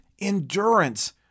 endurance